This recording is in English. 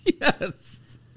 Yes